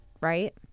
right